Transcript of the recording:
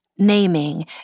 Naming